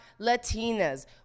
Latinas